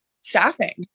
staffing